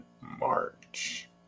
March